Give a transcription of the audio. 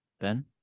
Ben